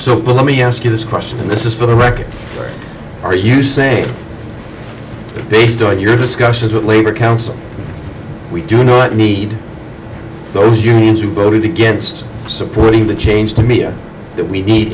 so let me ask you this question and this is for the record are you saying based on your discussions with labor council we do not need those unions who voted against supporting the change to me or that we need